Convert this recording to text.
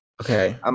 Okay